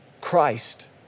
Christ